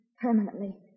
permanently